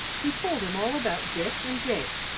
he told him all about dick and jake,